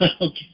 okay